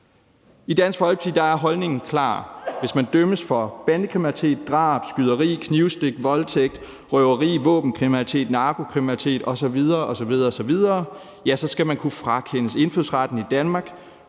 I Dansk Folkeparti er holdningen klar: Hvis man dømmes for bandekriminalitet, drab, skyderi, knivstik, voldtægt, røveri, våbenkriminalitet, narkokriminalitet osv. osv., skal man kunne frakendes indfødsretten i Danmark,